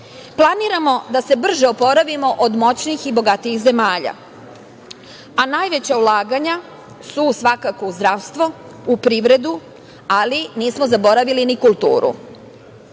Planiramo da se brže oporavimo od moćnijih i bogatijih zemalja, a najveća ulaganja su svakako u zdravstvo, u privredu, ali nismo zaboravili ni kulturu.